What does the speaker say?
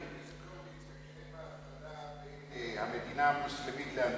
חבר הכנסת הורוביץ,